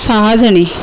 सहाजणी